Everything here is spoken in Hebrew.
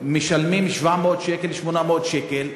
משלמת 700 שקל, 800 שקל.